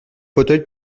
fauteuil